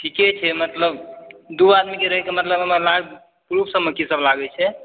ठीके छै मतलब दू आदमीके रहयके मतलब प्रूफ सबमे की सब लागै छै